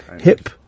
hip